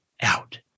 out